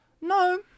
No